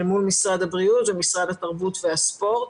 מול משרד הבריאות ומשרד התרבות והספורט.